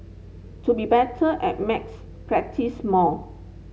to be better at maths practise more